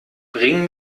bring